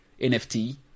nft